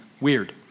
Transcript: Weird